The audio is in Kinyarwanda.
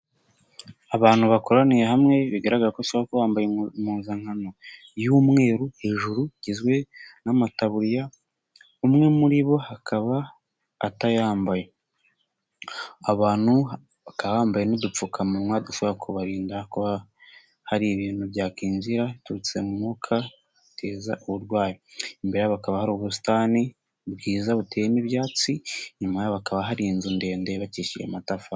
Abantu bakoraniye hamwe bigaragara ko bambaye impuzankano y'umweru, hejuru igizwe n'amataburiya umwe muri bo akaba atayambaye. Abantu bakaba bambaye n'udupfukamunwa dushobora kubarinda hari ibintu byakwinjra biturutse mu mwuka bikabateza uburwayi, imbere bakaba hari ubusitani bwiza butewemo n'ibyatsi ,inyuma hakaba hari inzu ndende yubakishije amatafari.